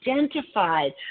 identified